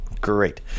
Great